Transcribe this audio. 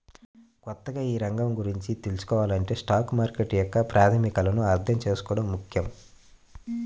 కొత్తగా ఈ రంగం గురించి తెల్సుకోవాలంటే స్టాక్ మార్కెట్ యొక్క ప్రాథమికాలను అర్థం చేసుకోవడం ముఖ్యం